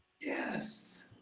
Yes